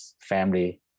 family